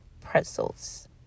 pretzels